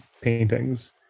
paintings